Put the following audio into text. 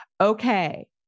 okay